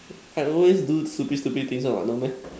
I always do stupid stupid things one what no meh